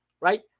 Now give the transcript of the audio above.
right